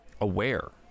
aware